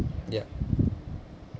yeah